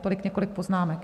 Tolik několik poznámek.